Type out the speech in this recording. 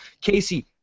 Casey